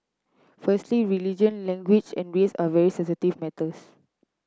firstly religion language and race are very sensitive matters